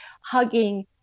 hugging